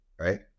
right